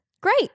Great